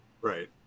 right